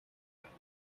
байна